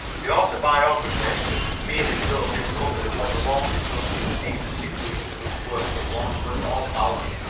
the autobiographist merely does in public what the laundry does in the decent seclusion of its works at wandsworth or balham.